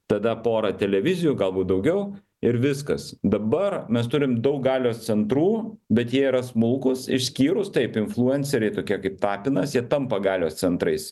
tada pora televizijų galbūt daugiau ir viskas dabar mes turim daug galios centrų bet jie yra smulkūs išskyrus taip influenceriai tokie kaip tapinas jie tampa galios centrais